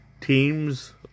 teams